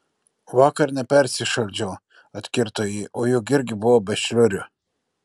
vakar nepersišaldžiau atkirto ji o juk irgi buvau be šliurių